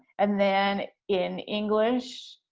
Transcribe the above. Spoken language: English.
and then in english,